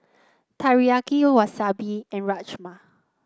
Teriyaki Wasabi and Rajma